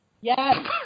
Yes